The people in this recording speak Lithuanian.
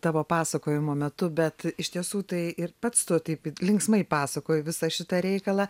tavo pasakojimo metu bet iš tiesų tai ir pats tu taip linksmai pasakoji visą šitą reikalą